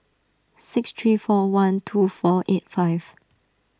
six three four one two four eight five